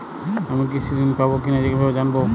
আমি কৃষি ঋণ পাবো কি না কিভাবে জানবো?